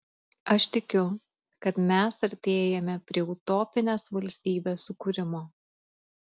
aš tikiu kad mes artėjame prie utopinės valstybės sukūrimo